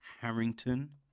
Harrington